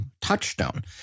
touchstone